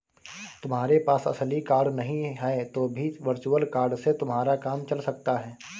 तुम्हारे पास असली कार्ड नहीं है तो भी वर्चुअल कार्ड से तुम्हारा काम चल सकता है